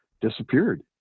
disappeared